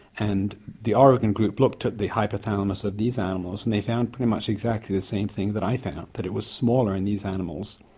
and the oregon group looked at the hypothalamus of these animals and they found pretty much exactly the same thing that i found, that it was smaller in these animals,